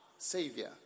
Savior